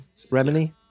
Remini